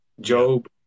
Job